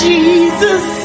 Jesus